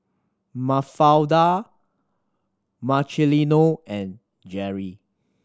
Mafalda Marcelino and Jerry